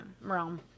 realm